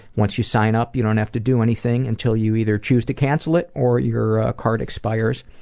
once you sign up, you don't have to do anything until you either choose to cancel it or your card expires.